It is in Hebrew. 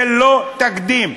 זה לא תקדים.